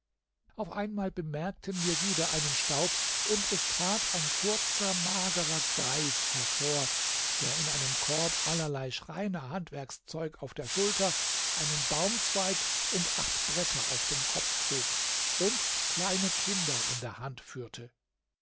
auf einmal bemerkten wir wieder einen staub und es trat ein kurzer magerer greis hervor der in einem korb allerlei schreinerhandwerkszeug auf der schulter einen baumzweig und acht bretter auf dem kopf trug und kleine kinder an der hand führte